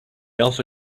alpha